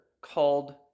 called